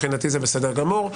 בסדר גמור.